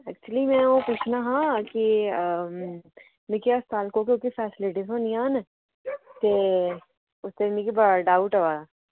actually में ओह् पुच्छना हा कि मिगी हस्ताल कोह्की कोह्की फैसिलिटी थ्होनियां न ते उसदे मिगी बड़ा डाउट आवा दा